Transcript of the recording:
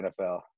NFL